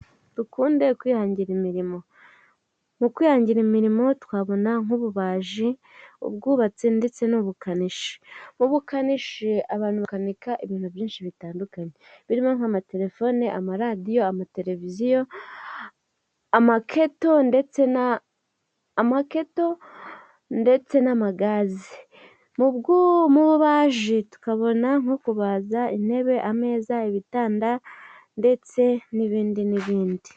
Dukunde kwihangira imirimo, mu kwihangira imirimo twabona nk'ububaji, ubwubatsi ndetse n'ubukanishi, ubukanishi abantu bakanika ibintu byinshi bitandukanye, birimo nk'amaterefone, amaradiyo, amatereviziyo, amaketo ndetse n'amagazi mu bubaji, tukabona nko kubaza intebe, ameza, ibitanda ndetse n'ibindi n'ibindi.